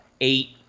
eight